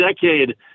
decade